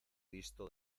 visto